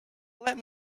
let